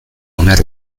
onar